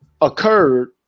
occurred